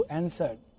answered